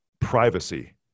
privacy